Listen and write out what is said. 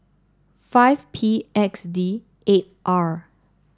five P X D eight R